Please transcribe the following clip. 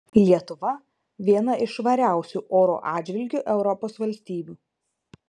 lietuva viena iš švariausių oro atžvilgiu europos valstybių